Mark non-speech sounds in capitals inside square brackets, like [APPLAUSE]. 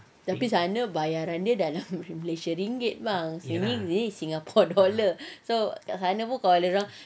tapi sana bayaran dia dalam malaysia ringgit bang sini [LAUGHS] singapore dollar so kat sana pun kalau dorang